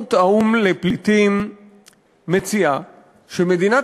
נציבות האו"ם לפליטים מציעה שמדינת